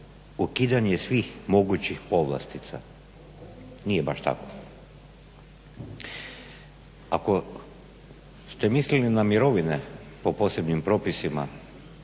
ukidanje svih mogućih povlastica. Nije baš tako. Ako ste mislili na mirovine po posebnim propisima